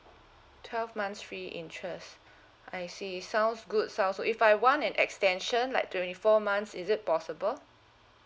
twelve months free interest I see sounds good sounds good if I want an extension like twenty four months is it possible